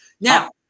Now